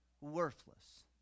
Worthless